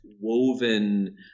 woven